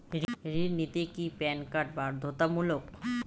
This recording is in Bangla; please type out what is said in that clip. ঋণ নিতে কি প্যান কার্ড বাধ্যতামূলক?